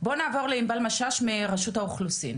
תסבירי לי מה אנחנו עושות עם הסיטואציה.